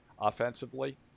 offensively